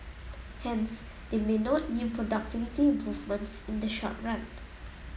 hence they may not yield productivity improvements in the short run